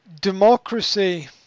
democracy